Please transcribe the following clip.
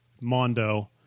Mondo